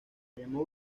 llamó